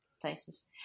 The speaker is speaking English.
places